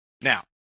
Now